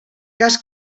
cas